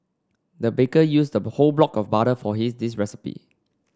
the baker used whole block of butter for this recipe